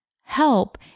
help